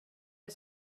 dig